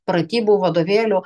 pratybų vadovėlių